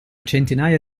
centinaia